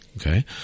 Okay